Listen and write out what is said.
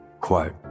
Quote